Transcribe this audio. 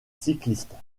cyclistes